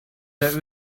der